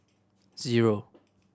zero